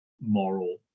moral